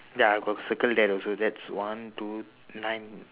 ya I got circle that also that's one two nine